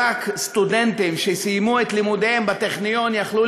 רק סטודנטים שסיימו את לימודיהם בטכניון יכלו